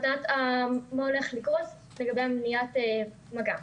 מה שהולך לקרות לגבי מניעת מגעים.